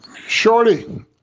Surely